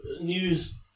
news